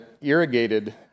irrigated